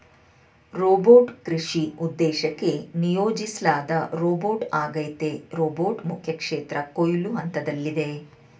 robot ಕೃಷಿ ಉದ್ದೇಶಕ್ಕೆ ನಿಯೋಜಿಸ್ಲಾದ ರೋಬೋಟ್ಆಗೈತೆ ರೋಬೋಟ್ ಮುಖ್ಯಕ್ಷೇತ್ರ ಕೊಯ್ಲು ಹಂತ್ದಲ್ಲಿದೆ